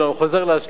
גם חוזר לאשקלון.